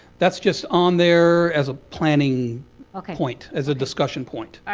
that's just on there as a planning point, as a discussion point.